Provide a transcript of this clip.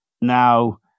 Now